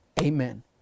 Amen